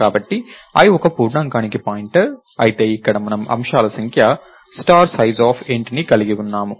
కాబట్టి i ఒక పూర్ణాంకానికి పాయింటర్ అయితే ఇక్కడ మనము అంశాల సంఖ్య sizeof ని కలిగి ఉన్నాము